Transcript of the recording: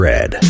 Red